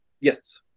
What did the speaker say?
Yes